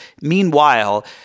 Meanwhile